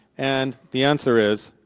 and the answer is,